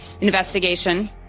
investigation